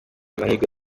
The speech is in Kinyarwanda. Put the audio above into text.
amahirwe